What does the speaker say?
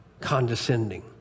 condescending